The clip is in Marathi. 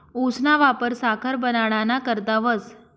ऊसना वापर साखर बनाडाना करता व्हस